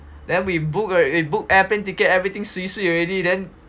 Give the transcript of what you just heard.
then we book err a book air plane ticket everything sui sui already then